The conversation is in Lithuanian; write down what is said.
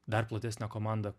dar platesnė komanda